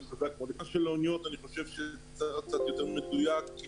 לגבי האוניות אני חושב שצריך להיות קצת יותר מדויקים.